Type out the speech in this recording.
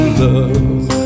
love